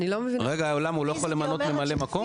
רגע למה הוא לא יכול למנות ממלא מקום?